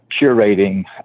curating